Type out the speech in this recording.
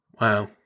Wow